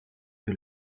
que